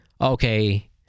okay